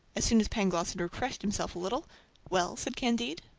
as soon as pangloss had refreshed himself a little well, said candide,